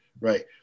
right